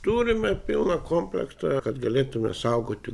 turime pilną komplektą kad galėtumėme saugoti